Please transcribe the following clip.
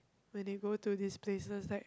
when they go to this places like